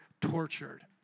tortured